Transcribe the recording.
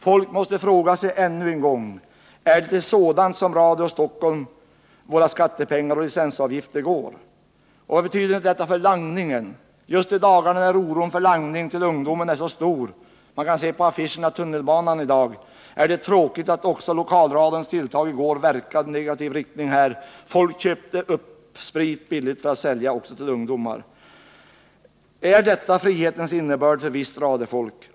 Folk måste fråga sig ännu en gång: Är det till sådana verksamheter som Radio Stockholm som våra skattepengar och licensavgifter går? Vad betyder detta för langningen? Just i dagarna när oron för langning till ungdom är så stor — man kan läsa om det på affischer i tunnelbanan — är det tråkigt att också lokalradions tilltag i går verkade i negativ riktning. Folk köpte upp sprit billigt för att sälja också till ungdomar. Är detta frihetens innebörd för visst radiofolk?